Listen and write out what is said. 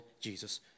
Jesus